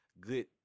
good